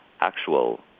actual